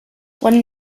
one